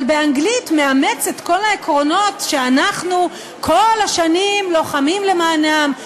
אבל באנגלית מאמץ את כל העקרונות שאנחנו כל השנים לוחמים למענם,